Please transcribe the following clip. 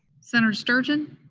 senator sturgeon?